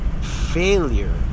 failure